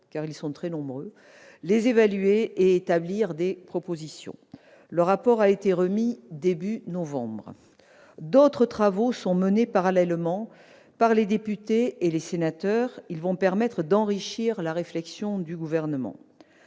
ils sont très nombreux -, les évaluer et formuler des propositions. Le rapport a été remis au début du mois de novembre. D'autres travaux menés parallèlement par les députés et les sénateurs vont permettre d'enrichir la réflexion du Gouvernement.